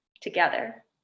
together